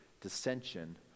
dissension